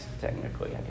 technically